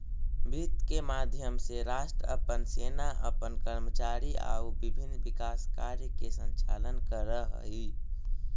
वित्त के माध्यम से राष्ट्र अपन सेना अपन कर्मचारी आउ विभिन्न विकास कार्य के संचालन करऽ हइ